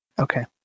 Okay